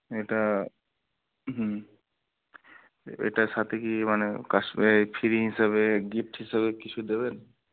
এটা হুম এটার সাথে কি মানে কাস ফ্রি হিসাবে গিফট হিসাবে কিছু দেবেন